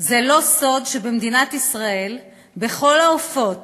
"זה לא סוד שבמדינת ישראל בכל העופות